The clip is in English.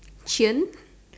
chain